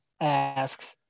asks